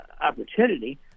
opportunity